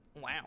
Wow